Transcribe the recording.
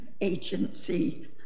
agency